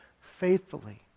faithfully